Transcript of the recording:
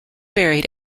buried